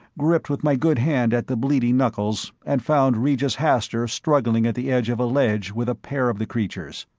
gripped with my good hand at the bleeding knuckles, and found regis hastur struggling at the edge of a ledge with a pair of the creatures.